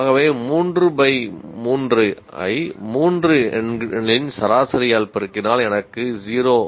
ஆகவே 3 பை 3 ஐ 3 எண்களின் சராசரியால் பெருக்கினால் எனக்கு 0